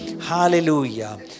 Hallelujah